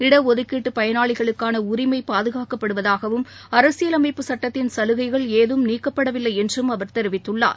இட்டுதுக்கீட்டு பயனாளிகளுக்கான உரிமை பாதுகாக்கப்படுவதாகவும் அரசியல் அமைப்புச் சட்டத்தின் சலுகைகள் ஏதும் நீக்கப்படவில்லை என்றும் அவர் தெரிவித்துள்ளார்